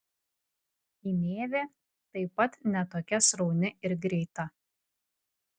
gynėvė taip pat ne tokia srauni ir greita